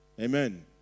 Amen